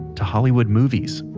to hollywood movies,